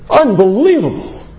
Unbelievable